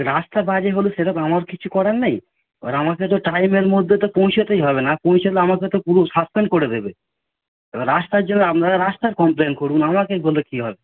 রাস্তা বাজে হলে সেটা তো আমার কিছু করার নেই এবার আমাকে তো টাইমের মধ্যে তো পৌঁছাতেই হবে না পৌঁছালে আমাকে তো পুরো সাসপেন্ড করে দেবে এবার রাস্তার জন্য আপনারা রাস্তার কমপ্লেন করুন আমাকে বলে কী হবে